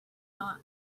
not